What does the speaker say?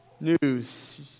news